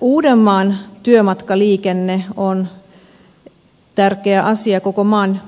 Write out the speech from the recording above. uudenmaan työmatkaliikenne on tärkeä asia koko maan